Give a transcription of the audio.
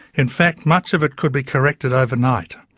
in fact much of it could be corrected over night.